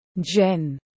Jen